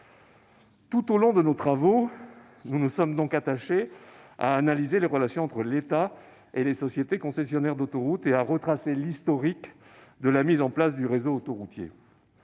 Tout au long de nos travaux, nous nous sommes donc attachés à analyser les relations entre l'État et les sociétés concessionnaires d'autoroutes, et à retracer l'historique de la mise en place du réseau autoroutier.